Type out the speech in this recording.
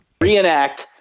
reenact